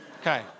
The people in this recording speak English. Okay